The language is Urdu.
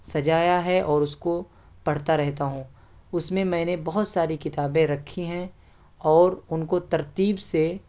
سجایا ہے اور اس کو پڑھتا رہتا ہوں اس میں میں نے بہت ساری کتابیں رکھی ہیں اور ان کو ترتیب سے